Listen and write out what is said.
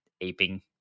aping